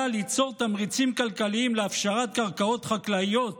ליצור תמריצים כלכליים להפשרת קרקעות חקלאיות